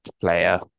player